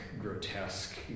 grotesque